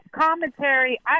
commentary